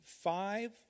five